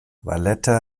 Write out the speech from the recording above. valletta